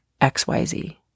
XYZ